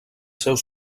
seus